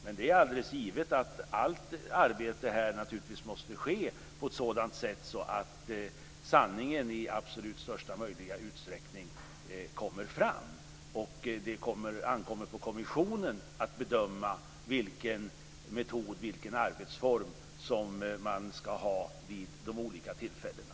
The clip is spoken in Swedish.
Men det är alldeles givet att allt arbete måste ske på ett sådant sätt att sanningen i absolut största möjliga utsträckning kommer fram. Det ankommer på kommissionen att bedöma vilken metod och arbetsform man ska ha vid de olika tillfällena.